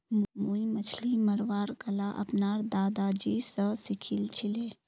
मुई मछली मरवार कला अपनार दादाजी स सीखिल छिले